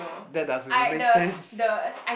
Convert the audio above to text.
that doesn't even make sense